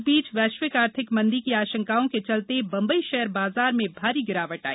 इस बीच वैश्विक आर्थिक मंदी की आशंकाओं के चलते बंबई शेयर बाजार में भारी गिरावट आई